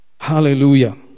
hallelujah